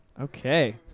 Okay